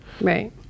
Right